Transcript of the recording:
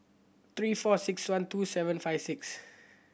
three four six one two seven five six